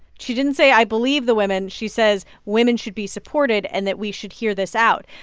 she didn't say, i believe the women. she says women should be supported and that we should hear this out.